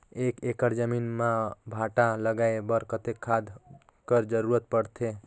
एक एकड़ जमीन म भांटा लगाय बर कतेक खाद कर जरूरत पड़थे?